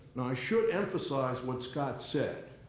now i should emphasize what scott said.